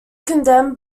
condemned